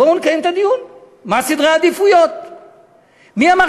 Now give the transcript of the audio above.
בואו נקיים את הדיון: מה סדרי העדיפויות.